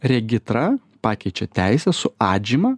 regitra pakeičia teisę su atžyma